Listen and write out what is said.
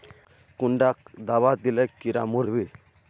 कुंडा दाबा दिले कीड़ा मोर बे?